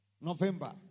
November